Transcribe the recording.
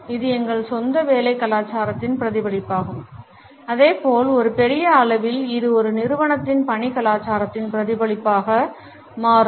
இது எங்கள் சொந்த வேலை கலாச்சாரத்தின் பிரதிபலிப்பாகும் அதே போல் ஒரு பெரிய அளவில் இது ஒரு நிறுவனத்தின் பணி கலாச்சாரத்தின் பிரதிபலிப்பாக மாறும்